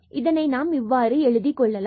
இதனை நாம் இவ்வாறு எழுதிக் கொள்ளலாம்